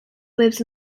lives